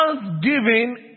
Thanksgiving